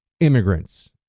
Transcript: Immigrants